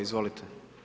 Izvolite.